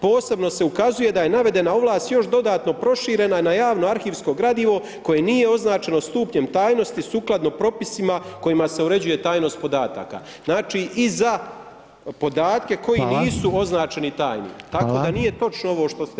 Posebno se ukazuje da je navedena ovlast još dodatno proširena na javno arhivsko gradivo koje nije označeno stupnjem tajnosti sukladno propisima kojima se uređuje tajnost podataka.“ Znači i za podatke koji nisu označeni tajni tako da nije točno ovo što ste iznijeti.